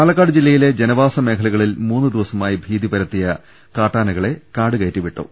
പാലക്കാട് ജില്ലയിൽ ജനവാസ മേഖലകളിൽ മൂന്നുദിവസമായി ഭീതിപരതിയ കാട്ടാനകളെ കാടു കയറ്റിവിട്ടു